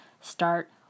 Start